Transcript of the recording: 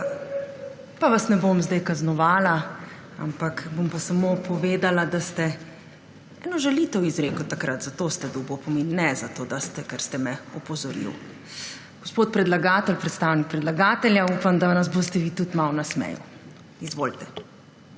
Pa vas ne bom zdaj kaznovala, ampak bom samo povedala, da ste eno žalitev izrekli takrat, zato ste dobili opomin, ne zato, ker ste me opozorili. Gospod predstavnik predlagatelja, upam, da nas boste vi tudi malo nasmejali, izvolite.